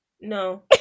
no